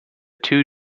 two